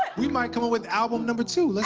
we might come up with album number two. let's